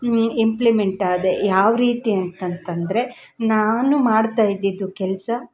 ಇಂಪ್ಲಿಮೆಂಟಾದೆ ಯಾವ ರೀತಿ ಅಂತಂತಂದರೆ ನಾನು ಮಾಡ್ತಾಯಿದ್ದಿದ್ದು ಕೆಲಸ